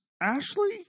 Ashley